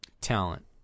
talent